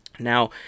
Now